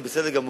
זה בסדר גמור,